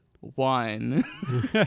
one